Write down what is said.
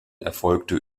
erfolgte